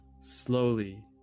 Slowly